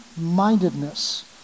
mindedness